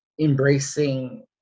embracing